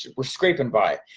we're scraping by.